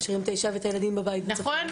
הם משאירים את האישה והילדים בבית בצפון.